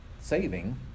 saving